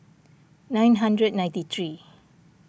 nine hundred ninety three